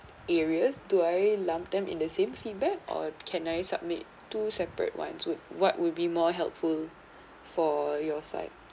areas do I lump them in the same feedback or can I submit two separate ones so what would be more helpful for your side